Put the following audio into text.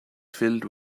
filled